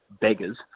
beggars